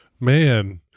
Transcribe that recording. Man